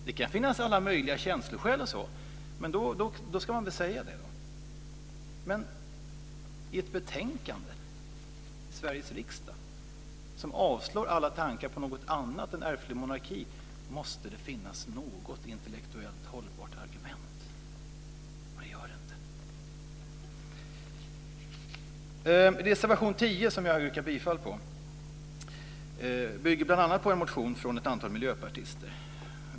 Det kan finnas alla möjliga känsloskäl, men då ska man säga det. I ett betänkande i Sveriges riksdag som avstyrker alla tankar på något annat än ärftlig monarki måste det finnas något intellektuellt hållbart argument, och det gör det inte! Reservation 10, som jag yrkar bifall till, bygger bl.a. på en motion från en antal miljöpartister.